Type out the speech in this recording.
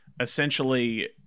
essentially